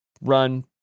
Run